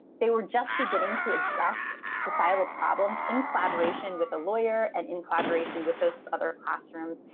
they were just beginning to address societal problems in collaboration with a lawyer and in collaboration with those other classrooms.